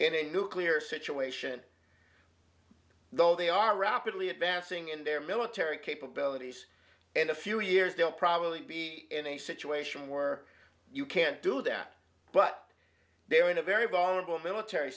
in a nuclear situation though they are rapidly advancing in their military capabilities and a few years they'll probably be in a situation where you can't do that but they're in a very vulnerable military